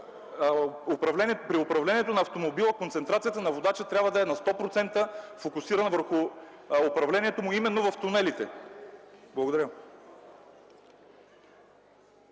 Специално при автомобила концентрацията на водача трябва да е на 100% фокусирана върху управлението му именно в тунелите. Благодаря.